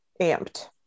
amped